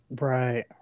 Right